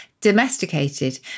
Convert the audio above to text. domesticated